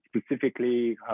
specifically